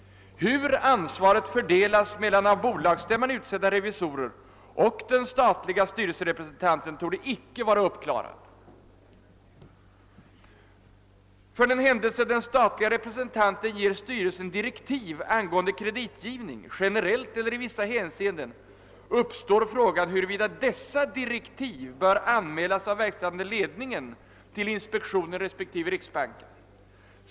Hur ansvaret fördelas mellan av bolagsstämman utsedda revisorer och den statliga styrelserepresentanten torde icke vara uppklarat. För den händelse den statliga representanten ger styrelsen direktiv angående kreditgivning, generellt eller i vissa hänseenden, uppstår frågan, huruvida dessa direktiv bör anmälas av verkställande ledningen till inspektionen respektive riksbanken.